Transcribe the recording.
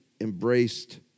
embraced